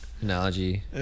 analogy